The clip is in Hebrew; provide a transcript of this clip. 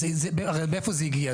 הרי מאיפה זה הגיע?